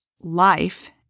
life